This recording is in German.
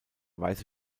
weiße